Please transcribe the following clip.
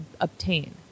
obtain